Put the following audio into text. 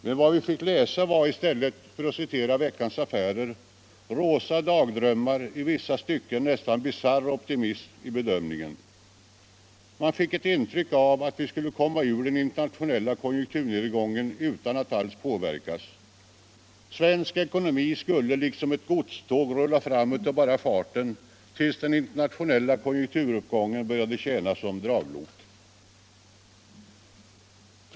Men vad vi fick läsa var i stället, för att citera Veckans Affärer: ”Rosa dagdrömmar -— i vissa stycken nästan bisarr optimism i bedömningen.” Man fick ett intryck av att vi skulle komma ur den internationella konjunkturnedgången utan att alls påverkas. Svensk ekonomi skulle, liksom ett godståg, rulla fram av bara farten tills den internationella konjunkturuppgången började tjäna som draglok.